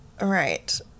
Right